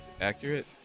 accurate